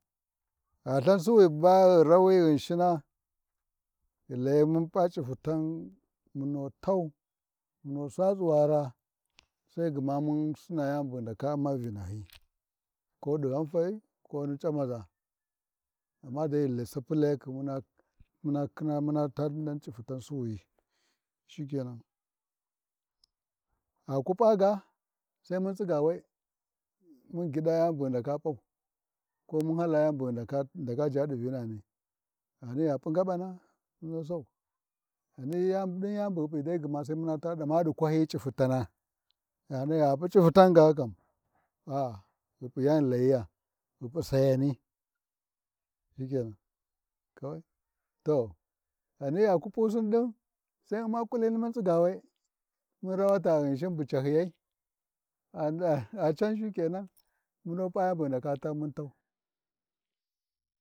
Gha Lthan Suwi ba ghi rawi Ghinshina ghi layi mun P’a C’iftana mu tau mu Sa tsuwara, Sai gma mun Sina Yani bu ghi ndaka Umma Vina hyi, ko ɗi ghanfai koni C’amaʒa, amma dai ghi, Sai ghi Sap Layakhi muna khina muna taa nan C’iftan suwayi shikenan, gha bu P’a ga, Sai mun tsiga we, mun gyiɗa yani bu ghi ndaka P’au, ko mun hala yani, bu ghi ndaka ʒha ɗi Vinani, ghani a P’i ngaɓana mun sau, ghani gma ɗin yani bu ghi P’ayu Sai mun Sau, Amma gma ɗin yani bu ghi P’aui Sai mun Sau, amma gma ɗi kwahyi cifitana, ghani gha P’u dai cifitan kani ah-ghi P’i yan ghi layya ghi P’i Sayani, shikenan, kawai to, ghani gha ku P’usin ɗin Sai mun Umma ƙulini mun tsiga we, mun rawa ta Ghinshin bu C’ahyiyai a'a can shikenan, munu ɓa yan ghi ndaka ta mun tau.